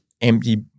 empty